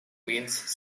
means